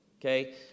Okay